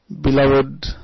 Beloved